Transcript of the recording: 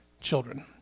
children